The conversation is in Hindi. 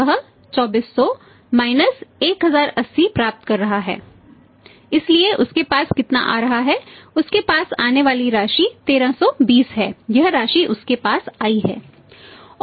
वह 2400 1080 प्राप्त कर रहा है इसलिए उसके पास कितना आ रहा है उसके पास आने वाली राशि 1320 है यह राशि उसके पास आ रही है